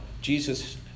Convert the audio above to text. Jesus